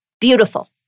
beautiful